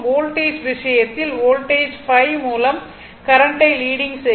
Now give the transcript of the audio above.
voltage விஷயத்தில் voltage ϕ மூலம் கரண்ட்டை லீடிங் செய்கிறது